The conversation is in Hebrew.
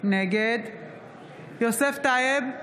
נגד יוסף טייב,